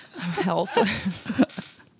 health